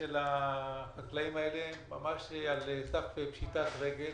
החקלאים האלה הם על סף פשיטת רגל.